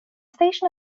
station